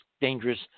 dangerous